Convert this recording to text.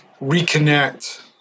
reconnect